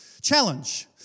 challenge